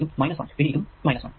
ഇതും 1 പിന്നെ ഇതും 1